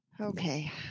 Okay